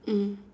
mm